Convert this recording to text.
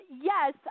Yes